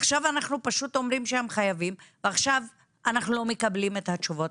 עכשיו אנחנו אומרים שהם חייבים ואנחנו לא מקבלים את התשובות.